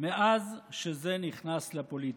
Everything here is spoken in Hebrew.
מאז שזה נכנס לפוליטיקה,